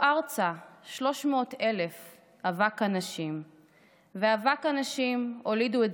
// ויבואו ארצה שלוש מאות אלף / אבק אנשים / ואבק אנשים הולידו את